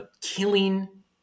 killing